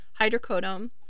hydrocodone